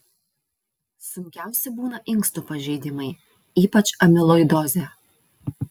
sunkiausi būna inkstų pažeidimai ypač amiloidozė